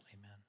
Amen